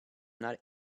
not